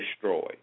destroyed